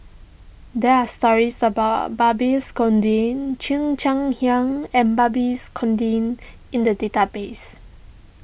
there are stories about Barbies Conde Cheo Chai Hiang and Barbies Conde in the database